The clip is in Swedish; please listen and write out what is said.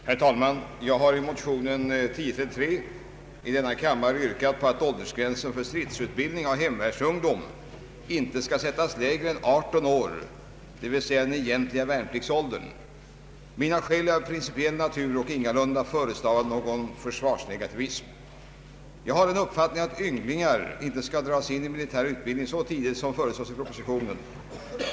Herr talman! Jag har i motionen 1:1033 yrkat att åldersgränsen för stridsutbildning av hemvärnsungdom inte skall sättas lägre än 18 år, d. v. s. den egentliga värnpliktsåldern. Mina skäl är av principiell natur och ingalunda förestavade av någon försvarsnegativism. Jag har den uppfattningen att ynglingar inte skall dras in i militär utbildning så tidigt som föreslås i propositionen.